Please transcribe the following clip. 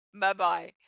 Bye-bye